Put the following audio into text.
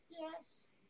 Yes